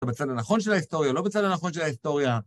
אתה בצד הנכון של ההיסטוריה, לא בצד הנכון של ההיסטוריה.